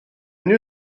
knew